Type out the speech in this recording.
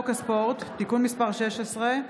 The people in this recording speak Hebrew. מטעם מממשלה: הצעת חוק הספורט (תיקון מס' 16)